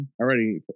already